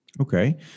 Okay